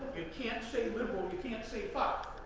you can't say liberal, you can't say fuck.